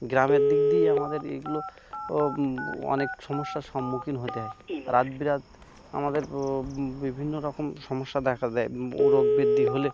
গ্রামের দিক দিয়ে আমাদের এইগুলো ও অনেক সমস্যার সম্মুখীন হতে হয় রাত বিরেত আমাদের ও বিভিন্ন রকম সমস্যা দেখা দেয় ও রোগ বৃদ্ধি হলে